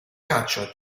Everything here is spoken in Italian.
caccia